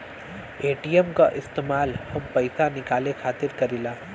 ATM क इस्तेमाल हम पइसा निकाले खातिर करीला